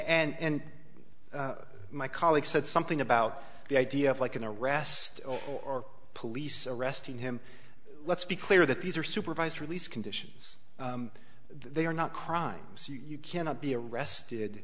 really and my colleagues said something about the idea of like an arrest or police arresting him let's be clear that these are supervised release conditions they are not crimes you cannot be arrested